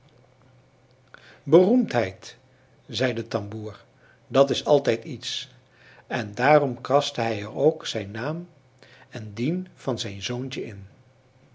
beroemdheid zei de tamboer dat is altijd iets en daarom kraste hij er ook zijn naam en dien van zijn zoontje in